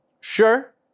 Sure